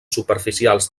superficials